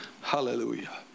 Hallelujah